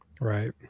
Right